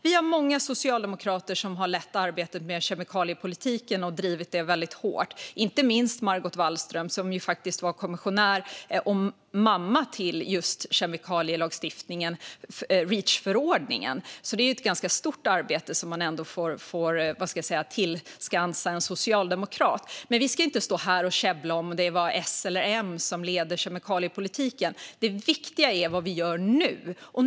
Vi har många socialdemokrater som har lett arbetet med kemikaliepolitiken och drivit det väldigt hårt. Det gäller inte minst Margot Wallström som var kommissionär och mamma till just kemikalielagstiftningen i Reachförordningen. Det är ett ganska stort arbete som man ändå får tillräkna en socialdemokrat. Men vi ska inte stå här och käbbla om det är S eller M som leder kemikaliepolitiken. Det viktiga är vad vi gör nu.